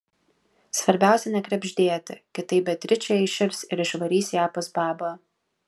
svarbiausia nekrebždėti kitaip beatričė įširs ir išvarys ją pas babą